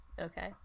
Okay